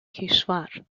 کشور